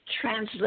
translate